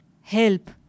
help